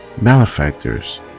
Malefactors